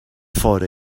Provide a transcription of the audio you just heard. fora